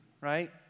right